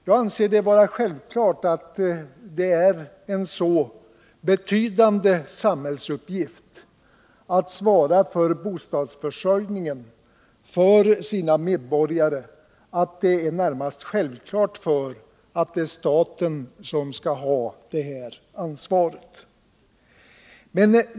Jag anser det vara självklart att medborgarnas bostadsförsörjning är en så betydande samhällsuppgift att staten måste ha ansvaret.